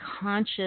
conscious